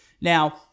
Now